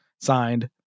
signed